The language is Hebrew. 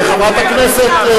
חבר הכנסת פלסנר,